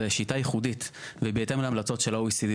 שיטה ייחודית ובהתאם להמלצות של ה-OECD.